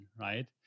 right